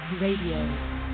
Radio